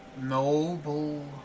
noble